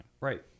Right